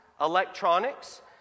electronics